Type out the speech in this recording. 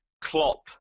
Klopp